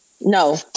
No